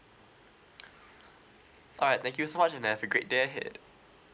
alright thank you so much and have a great day ahead